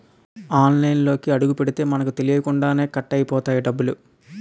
ఆన్లైన్లోకి అడుగుపెడితే మనకు తెలియకుండానే కట్ అయిపోతాయి డబ్బులు